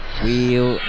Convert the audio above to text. Wheel